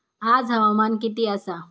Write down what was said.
आज हवामान किती आसा?